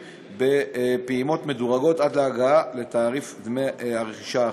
בפעימות מדורגות עד להגעה לתעריף דמי הרכישה האחיד.